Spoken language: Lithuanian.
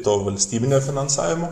to valstybinio finansavimo